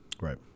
Right